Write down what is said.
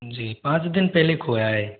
जी पाँच दिन पहले खोया है